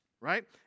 Right